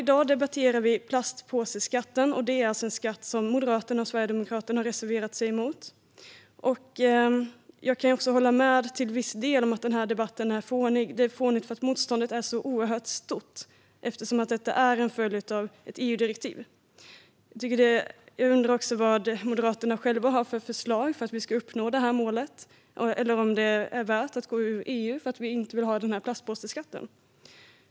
I dag debatterar vi skatt på plastpåsar, och det är en skatt som Moderaterna och Sverigedemokraterna har reserverat sig mot. Jag kan till viss del hålla med om att debatten är fånig. Den är fånig för att motståndet är så oerhört stort. Skatten är ju en följd av ett EU-direktiv. Jag undrar också vad Moderaterna själva har för förslag för att vi ska uppnå målet. Eller är det värt att gå ut ur EU för att vi inte vill ha plastpåsskatt?